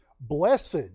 Blessed